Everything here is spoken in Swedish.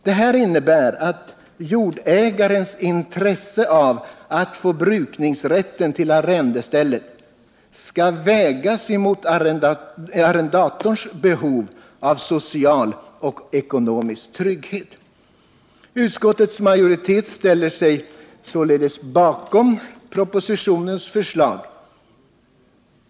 Detta innebär att jordägarens intresse av att få brukningsrätten till arrendestället skall vägas mot arrendatorns behov av social och ekonomisk trygghet. Utskottets majoritet ställer sig bakom propositionens förslag.